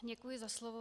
Děkuji za slovo.